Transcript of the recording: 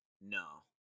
No